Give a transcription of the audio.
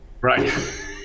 Right